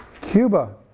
cuba,